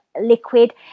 liquid